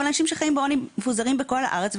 אבל אנשים שחיים בעוני מפוזרים בכל הארץ,